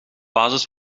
basis